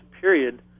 period